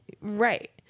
Right